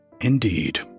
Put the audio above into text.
Indeed